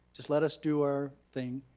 just let us do our thing,